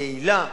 יעילה.